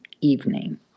evening